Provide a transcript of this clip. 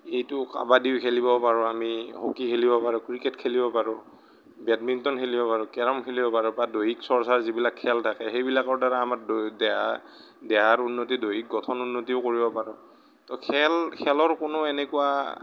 এইটো কাবাডীও খেলিব পাৰোঁ আমি হকী খেলিব পাৰোঁ ক্ৰিকেট খেলিব পাৰোঁ বেডমিণ্টন খেলিব পাৰোঁ কেৰম খেলিব পাৰোঁ বা দৈহিক চৰ্চাৰ যিবিলাক খেল থাকে সেইবিলাকৰ দ্বাৰা আমাৰ দৈ দেহাৰ দেহাৰ উন্নতি দৈহিক গঠন উন্নতিও কৰিব পাৰোঁ ত' খেল খেলত কোনো এনেকুৱা